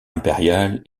impériale